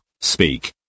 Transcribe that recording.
Speak